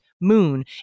Moon